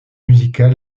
musical